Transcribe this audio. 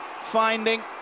finding